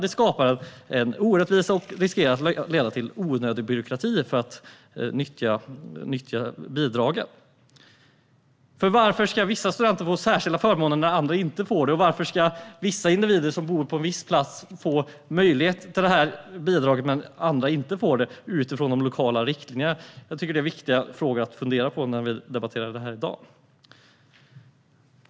Det skapar en orättvisa och riskerar att leda till onödig byråkrati för att nyttja bidraget. Varför ska vissa studenter få särskilda förmåner när andra inte får det? Och varför ska vissa individer som bor på en viss plats få tillgång till bidraget medan andra inte får det utifrån de lokala riktlinjerna? Jag tycker att det är viktiga frågor att fundera på när vi debatterar detta i dag.